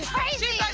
crazy.